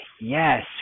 Yes